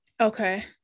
Okay